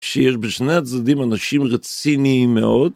שיש בשני הצדדים אנשים רציניים מאוד